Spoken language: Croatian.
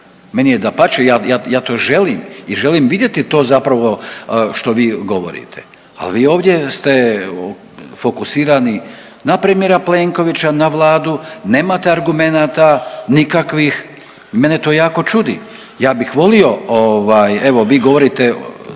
meni je dapače, ja, ja, ja to želim i želim vidjeti to zapravo što vi govorite, a vi ovdje ste fokusirani na premijera Plenkovića, na Vladu, nemate argumenata nikakvih, mene to jako čudi. Ja bih volio ovaj, evo vi govorite